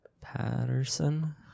Patterson